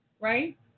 right